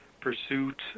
pursuit